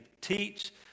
teach